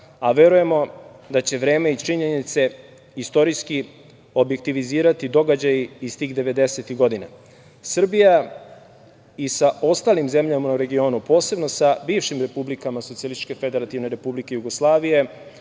a verujemo da će vreme i činjenice istorijski objektivizirati događaje iz tih devedesetih godina. Srbija i sa ostalim zemljama u regionu, posebno sa bivšim republikama Socijalističke Federativne Republike Jugoslavije